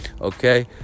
Okay